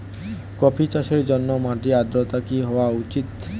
Coffee চাষের জন্য মাটির আর্দ্রতা কি হওয়া উচিৎ?